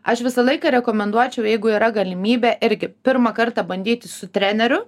aš visą laiką rekomenduočiau jeigu yra galimybė irgi pirmą kartą bandyti su treneriu